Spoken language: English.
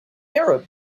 arab